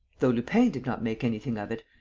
though lupin did not make anything of it,